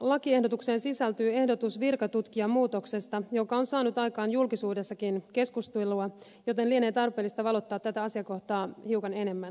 lakiehdotukseen sisältyy ehdotus virkatutkijamuutoksesta joka on saanut aikaan julkisuudessakin keskustelua joten lienee tarpeellista valottaa tätä asiakohtaa hiukan enemmän